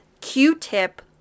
q-tip